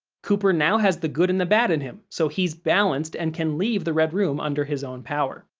cooper now has the good and the bad in him, so he's balanced and can leave the red room under his own power.